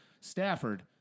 Stafford